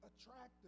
attractive